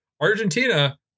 argentina